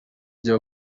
ibyo